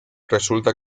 resulta